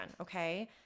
okay